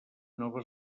nova